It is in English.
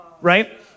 right